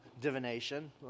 divination